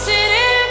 City